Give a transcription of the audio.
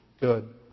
good